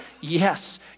yes